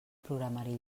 programari